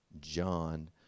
John